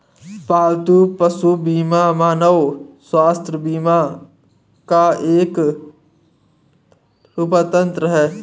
पालतू पशु बीमा मानव स्वास्थ्य बीमा का एक रूपांतर है